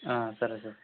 సరే సార్